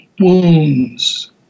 wounds